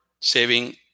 saving